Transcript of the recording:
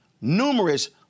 numerous